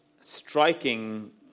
striking